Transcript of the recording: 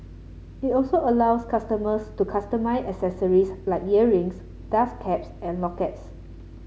it also allows customers to customise accessories like earrings dust caps and lockets